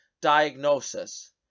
diagnosis